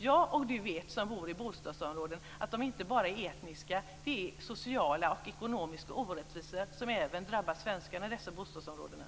Jag och Sten Andersson som bor i bostadsområden vet att klyftorna inte bara är etniska, utan det rör sig om sociala och ekonomiska orättvisor som även drabbar svenskar i dessa bostadsområden.